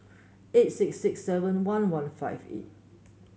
eight six six seven one one five eight